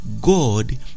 God